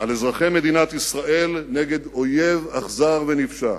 על אזרחי מדינת ישראל נגד אויב אכזר ונפשע.